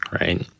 right